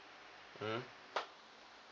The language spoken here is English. mm